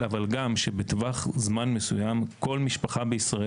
אבל אתה יודע שלפתוח תיק ברשות המקומית לוקח חודשים.